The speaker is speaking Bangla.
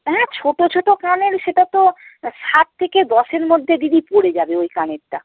হ্যাঁ ছোটো ছোটো কানের সেটা তো সাত থেকে দশের মধ্যে দিদি পড়ে যাবে ওই কানেরটা